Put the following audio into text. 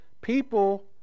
people